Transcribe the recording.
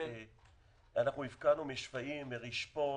הפקענו משפיים ורשפון,